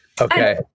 Okay